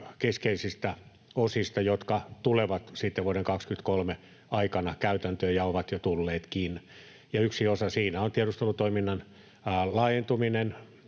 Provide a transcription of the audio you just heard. keskeisistä osista, jotka tulevat sitten vuoden 23 aikana käytäntöön, ja ovat jo tulleetkin. Yksi osa siinä on tiedustelutoiminnan laajentuminen